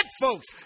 folks